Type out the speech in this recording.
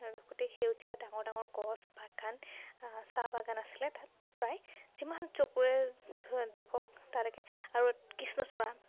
গোটেই সেউজীয়া ডাঙৰ ডাঙৰ গছ বাগান চাহ বাগান আছিলে তাত প্ৰায় যিমান চকুৰে দেখক তালৈকে আৰু কৃষ্ণচূড়া